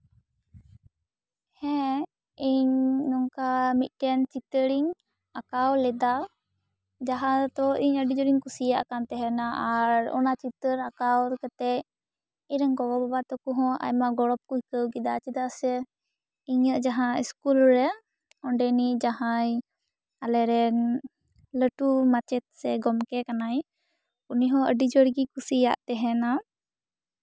ᱦᱮᱸ ᱤᱧ ᱱᱚᱝᱠᱟ ᱢᱤᱫᱴᱮᱱ ᱪᱤᱛᱟᱹᱨᱤᱧ ᱟᱸᱠᱟᱣ ᱞᱮᱫᱟ ᱡᱟᱦᱟᱸ ᱫᱚ ᱤᱧ ᱟᱹᱰᱤ ᱡᱳᱨᱤᱧ ᱠᱩᱥᱤᱭᱟᱜ ᱠᱟᱱ ᱛᱟᱦᱮᱸᱱᱟ ᱟᱨ ᱚᱱᱟ ᱪᱤᱛᱟᱹᱨ ᱟᱸᱠᱟᱣ ᱠᱟᱛᱮᱫ ᱤᱧ ᱨᱮᱱ ᱜᱚᱜᱚᱼᱵᱟᱵᱟ ᱛᱟᱠᱚ ᱦᱚᱸ ᱟᱭᱢᱟ ᱜᱚᱲᱚ ᱠᱚ ᱦᱤᱛᱟᱹᱣ ᱠᱮᱫᱟ ᱪᱮᱫᱟᱜ ᱥᱮ ᱤᱧᱟᱹᱜ ᱡᱟᱦᱟᱸ ᱤᱥᱠᱩᱞ ᱨᱮ ᱚᱸᱰᱮᱱᱤᱡ ᱡᱟᱸᱦᱟᱭ ᱟᱞᱮ ᱨᱮᱱ ᱞᱟᱹᱴᱩ ᱢᱟᱪᱮᱫ ᱥᱮ ᱜᱚᱢᱠᱮ ᱠᱟᱱᱟᱭ ᱩᱱᱤ ᱦᱚᱸ ᱟᱹᱰᱤ ᱡᱳᱨᱜᱮᱭ ᱠᱩᱥᱤᱭᱟᱫ ᱛᱮᱦᱮᱸᱱᱟ